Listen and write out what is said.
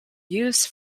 used